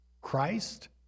Christ